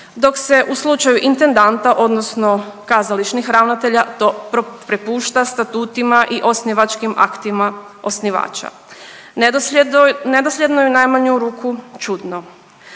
dok se u slučaju intendanta odnosno kazališnih ravnatelja to prepušta statutima i osnivačkim aktima osnivača. Nedosljedno je u najmanju ruku čudno.